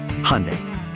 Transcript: Hyundai